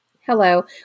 hello